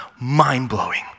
Mind-blowing